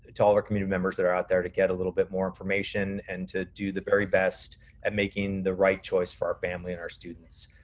to to all of our community members that are out there to get a little bit more information and to do the very best at making the right choice for our family and our students.